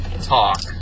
talk